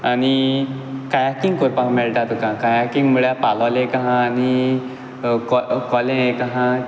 आनी कायाकींग कोरपाक मेळटा तुका कायाकींग म्हूळ्यार पालोलें एक आसा आनी कोलें एक आसा